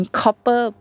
copper